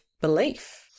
belief